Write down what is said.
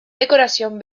decoración